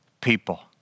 people